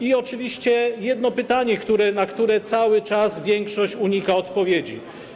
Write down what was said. I oczywiście jedno pytanie, na które cały czas większość unika odpowiedzi: